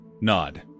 nod